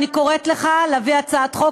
אני קוראת לך להביא הצעת חוק,